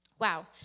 Wow